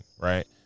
right